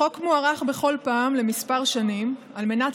החוק מוארך בכל פעם לכמה שנים על מנת